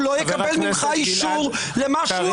הוא לא יקבל ממך אישור למה שהוא אומר.